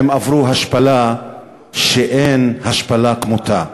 הם עברו השפלה שאין השפלה כמותה.